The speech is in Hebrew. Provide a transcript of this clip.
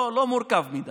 לא מורכב מדי.